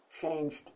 changed